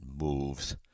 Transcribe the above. moves